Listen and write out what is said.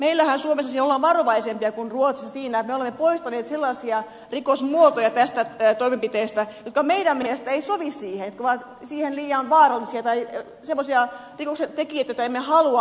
meillä suomessahan ollaan varovaisempia kuin ruotsissa siinä että me olemme poistaneet sellaisia rikosmuotoja tästä toimenpiteestä jotka meidän mielestämme eivät sovi siihen jotka ovat siihen liian vaarallisia tai joissa on semmoisia rikoksentekijöitä joille emme halua antaa tätä mahdollisuutta